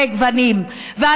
מה